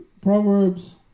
Proverbs